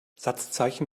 satzzeichen